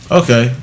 okay